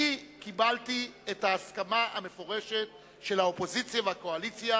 אני קיבלתי את ההסכמה המפורשת של האופוזיציה והקואליציה,